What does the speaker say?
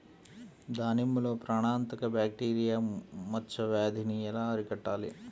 దానిమ్మలో ప్రాణాంతక బ్యాక్టీరియా మచ్చ వ్యాధినీ ఎలా అరికట్టాలి?